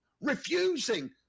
Refusing